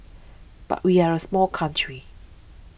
but we are a small country